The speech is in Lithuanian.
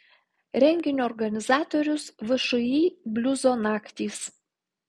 renginio organizatorius všį bliuzo naktys